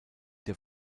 der